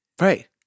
Right